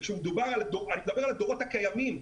ואני מדבר על הדורות הקיימים.